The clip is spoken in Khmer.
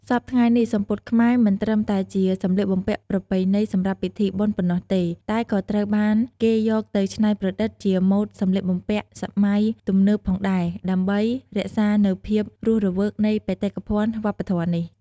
សព្វថ្ងៃនេះ សំពត់ខ្មែរមិនត្រឹមតែជាសំលៀកបំពាក់ប្រពៃណីសម្រាប់ពិធីបុណ្យប៉ុណ្ណោះទេ តែក៏ត្រូវបានគេយកទៅច្នៃប្រឌិតជាម៉ូដសម្លៀកបំពាក់សម័យទំនើបផងដែរ ដើម្បីរក្សានូវភាពរស់រវើកនៃបេតិកភណ្ឌវប្បធម៌នេះ។